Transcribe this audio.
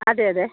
അതെയതെ